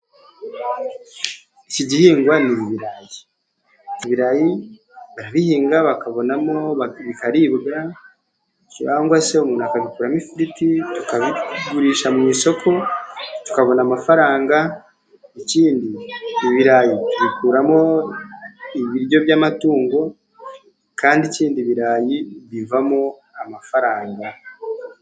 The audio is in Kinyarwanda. Iki gihingwa ni ibirayi, ibirayi barabihinga, bakabonamo, bikaribwa cyangwa se umuntu akabikuramo ifiriti ,tukabigurisha mu isoko tukabona amafaranga, ikindi ibirayi tubikuramo ibiryo by'amatungo, kandi ikindi ibirayi bivamo amafaranga.